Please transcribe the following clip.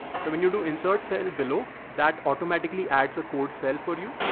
so when you do insert cell below, that automatically adds a code cell for you.